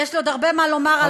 ויש לי עוד הרבה מה לומר על